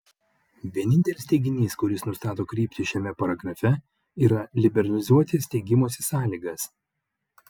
vienintelis teiginys kuris nustato kryptį šiame paragrafe yra liberalizuoti steigimosi sąlygas